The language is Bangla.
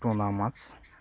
পোনা মাছ